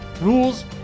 rules